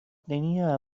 tenía